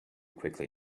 quickly